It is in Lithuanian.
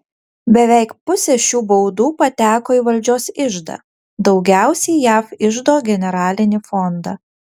beveik pusė šių baudų pateko į valdžios iždą daugiausiai jav iždo generalinį fondą